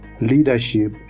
Leadership